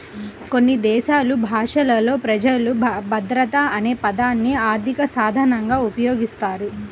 కొన్ని దేశాలు భాషలలో ప్రజలు భద్రత అనే పదాన్ని ఆర్థిక సాధనంగా ఉపయోగిస్తారు